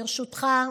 ברשותך,